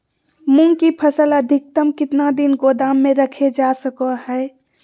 मूंग की फसल अधिकतम कितना दिन गोदाम में रखे जा सको हय?